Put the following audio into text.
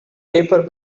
paper